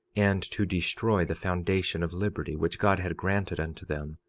and to destroy the foundation of liberty which god had granted unto them,